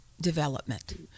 development